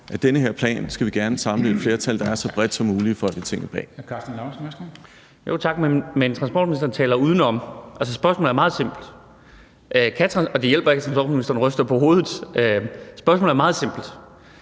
at den her plan skal vi gerne samle et flertal, der er så bredt som muligt,